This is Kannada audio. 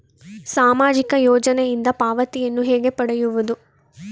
ಸಾಮಾಜಿಕ ಯೋಜನೆಯಿಂದ ಪಾವತಿಯನ್ನು ಹೇಗೆ ಪಡೆಯುವುದು?